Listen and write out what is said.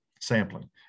sampling